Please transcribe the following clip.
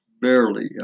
barely